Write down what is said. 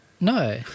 No